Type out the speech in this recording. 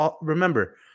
remember